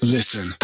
Listen